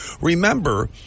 remember